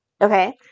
okay